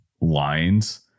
lines